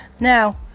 Now